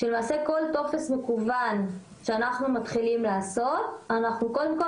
שלמעשה כל טופס מקוון שאנחנו מתחילים לעשות אנחנו קודם כול